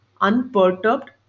unperturbed